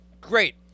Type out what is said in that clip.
Great